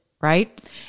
right